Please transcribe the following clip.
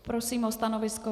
Prosím o stanoviska.